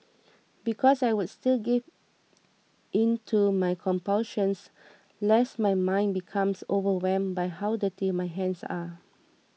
because I would still give in to my compulsions lest my mind becomes overwhelmed by how dirty my hands are